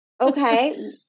okay